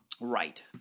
Right